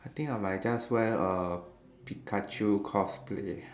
I think I might just wear err Pikachu cosplay